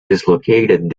dislocated